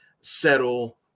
Settle